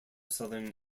southern